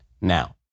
now